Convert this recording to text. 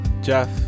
Jeff